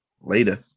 Later